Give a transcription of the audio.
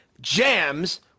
jams